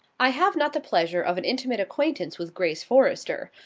i have not the pleasure of an intimate acquaintance with grace forrester.